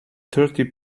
thirty